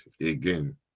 again